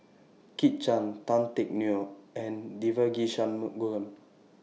Kit Chan Tan Teck Neo and Devagi Sanmugam